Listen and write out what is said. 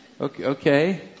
okay